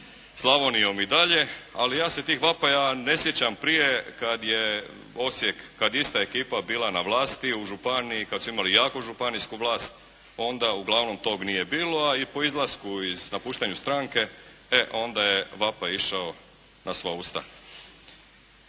Slavonijom i dalje, ali ja se tih vapaja ne sjećam prije kada je Osijek, kada je ista ekipa bila na vlasti u županiji, kada su imali jaku županijsku vlast onda uglavnom toga nije bilo, a i po izlasku iz napuštanja stranke e onda je vapaj išao na sva usta.